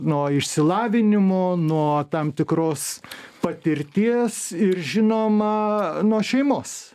nuo išsilavinimo nuo tam tikros patirties ir žinoma nuo šeimos